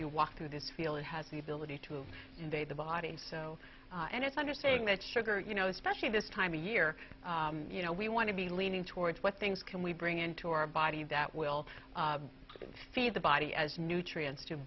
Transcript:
you walk through this feeling has the ability to invade the body and it's under saying that sugar you know especially this time of year you know we want to be leaning towards what things can we bring into our body that will feed the body as nutrients to